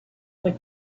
were